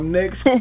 next